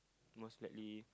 most likely